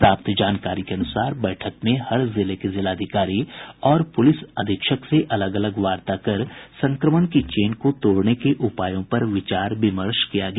प्राप्त जानकारी के अनुसार बैठक में हर जिले के जिलाधिकारी और पुलिस अधीक्षक से अलग अलग वार्ता कर संक्रमण की चेन को तोड़ने के उपायों पर विचार विमर्श किया गया